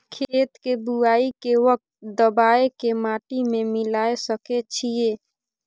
खेत के बुआई के वक्त दबाय के माटी में मिलाय सके छिये?